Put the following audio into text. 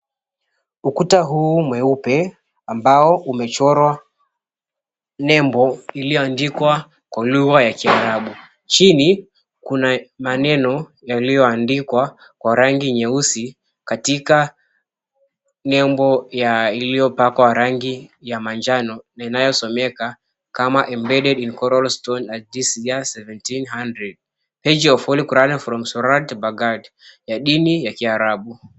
Ukuta huu mweupe ambao umechorwa nembo iliyoandikwa kwa lugha ya kiarabu, chini kuna maneno yaliyoandikwa kwa rangi nyeusi katika nembo yaliyopakwa rangi ya manjano na inayosomeka kama, Embeded in Coral Stone at this year 1700 age of all kurwan from Surwan Baghat, ya dini ya kiarabu.